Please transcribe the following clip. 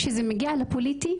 שזה מגיע לפוליטי,